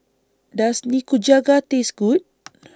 Does Nikujaga Taste Good